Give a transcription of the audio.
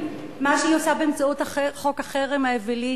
מה שהיא עושה באמצעות חוק החרם האווילי